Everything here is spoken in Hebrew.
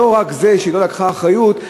לא רק שהיא לא לקחה אחריות,